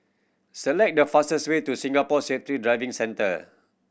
select the fastest way to Singapore Safety Driving Centre